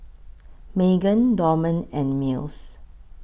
Magen Dorman and Mills